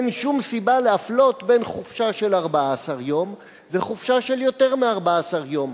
אין שום סיבה להפלות בין חופשה של 14 יום לחופשה של יותר מ-14 יום.